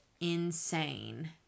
insane